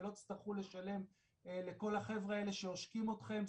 ולא תצטרכו לשלם לכל החבר'ה האלה שעושקים אתכם,